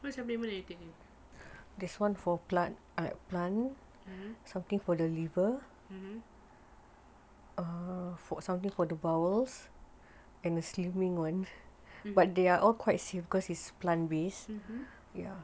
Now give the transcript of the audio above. what supplement are you taking mm